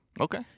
Okay